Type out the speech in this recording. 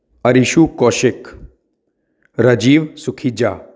Arishu Kaushik Rajiv Sukhija